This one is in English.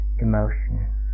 emotion